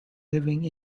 living